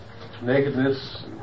nakedness